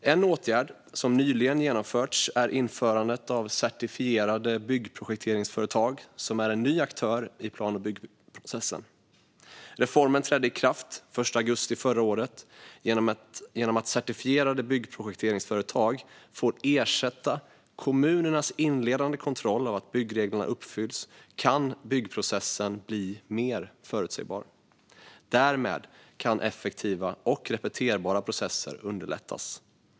En åtgärd som nyligen genomförts är införandet av certifierade byggprojekteringsföretag, som är en ny aktör i plan och byggprocessen. Reformen trädde i kraft den 1 augusti förra året. Genom att certifierade byggprojekteringsföretag får ersätta kommunernas inledande kontroll av att byggreglerna uppfylls kan byggprocessen bli mer förutsägbar. Därmed kan effektiva och repeterbara processer underlättas.